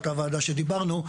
אותה ועדה שדיברנו,